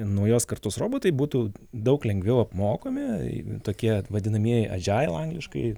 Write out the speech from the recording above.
naujos kartos robotai būtų daug lengviau apmokomi tokie vadinamieji adžail angliškai